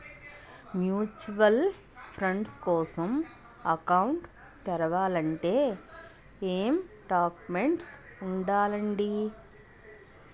Mutual fund కోసం account తెరవాలంటే ఏమేం డాక్యుమెంట్లు ఉండాలండీ?